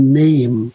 name